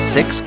Six